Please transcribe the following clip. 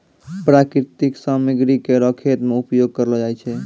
प्राकृतिक सामग्री केरो खेत मे उपयोग करलो जाय छै